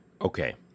Okay